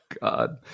god